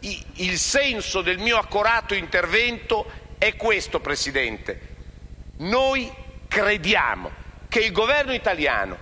Il senso del mio accorato intervento è allora questo: crediamo che il Governo italiano